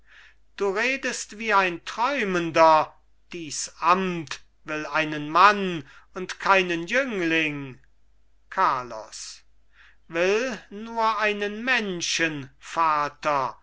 du redest wie ein träumender dies amt will einen mann und keinen jüngling carlos will nur einen